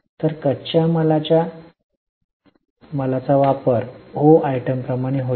तर कच्च्या मालाच्या मालाचा वापर ओ आयटमप्रमाणे होईल